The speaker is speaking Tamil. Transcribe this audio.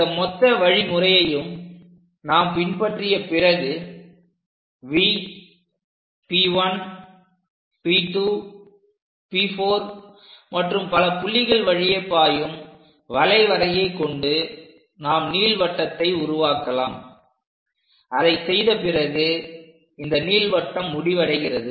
இந்த மொத்த வழி முறையையும் நாம் பின்பற்றிய பிறகு V P1P2P4 மற்றும் பல புள்ளிகள் வழியே பாயும் வளைவரையை கொண்டு நாம் நீள் வட்டத்தை உருவாக்கலாம் அதைச் செய்த பிறகு இந்த நீள்வட்டம் முடிவடைகிறது